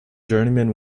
journeyman